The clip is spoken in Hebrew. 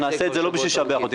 נעשה את זה לא בשביל לשבח אותי.